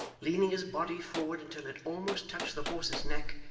leaning his body forward until it almost touched the horse's neck,